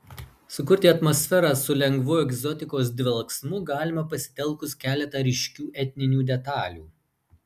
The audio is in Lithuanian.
sukurti atmosferą su lengvu egzotikos dvelksmu galima pasitelkus keletą ryškių etninių detalių